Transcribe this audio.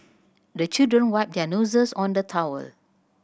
the children wipe their noses on the towel